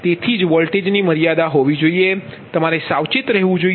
તેથી જ વોલ્ટેજની મર્યાદા હોવી જોઈએ તમારે સાવચેત રહેવું જોઈએ